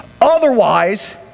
Otherwise